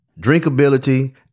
drinkability